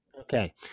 Okay